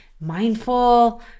mindful